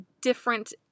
different